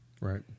Right